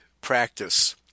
practice